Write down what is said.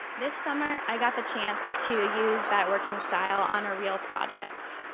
this summer i got the chance to use that working style on a real project.